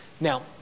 Now